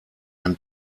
ein